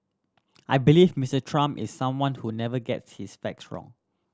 I believe Mister Trump is someone who never gets his facts wrong